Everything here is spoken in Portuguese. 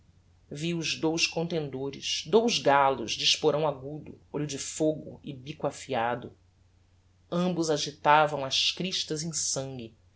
vi os dous contendores dous gallos de esporão agudo olho de fogo e bico afiado ambos agitavam as cristas em sangue